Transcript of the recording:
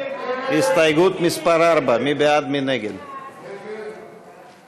ההסתייגות של חבר הכנסת יואל רזבוזוב לפני